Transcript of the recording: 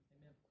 Amen